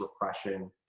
repression